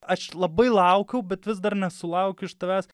aš labai laukiau bet vis dar nesulaukiu iš tavęs